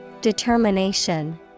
Determination